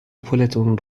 پولتون